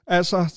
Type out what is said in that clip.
Altså